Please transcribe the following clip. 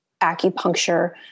acupuncture